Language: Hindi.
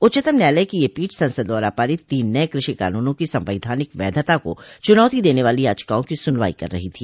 उच्चतम न्यायालय की यह पीठ संसद द्वारा पारित तीन नए क्रषि कानूनों की संवैधानिक वैधता को चुनौती देने वाली याचिकाओं की सुनवाई कर रही थी